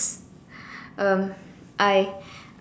um I